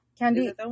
candy